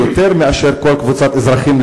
יותר מאשר כל קבוצת אזרחים,